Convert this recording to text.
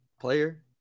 player